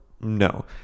No